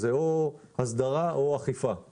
או הסדרה או אכיפה.